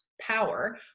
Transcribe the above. power